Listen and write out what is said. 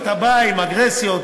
אתה בא עם אגרסיות,